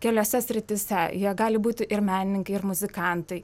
keliose srityse jie gali būti ir menininkai ir muzikantai